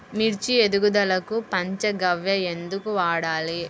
మిర్చి ఎదుగుదలకు పంచ గవ్య ఎందుకు వాడాలి?